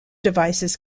devices